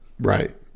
Right